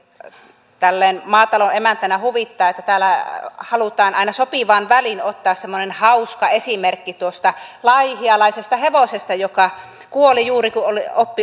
tälleen maatalon emäntänä huvittaa että täällä halutaan aina sopivaan väliin ottaa semmoinen hauska esimerkki tuosta laihialaisesta hevosesta joka kuoli juuri kun oppi olemaan syömättä